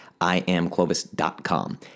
iamclovis.com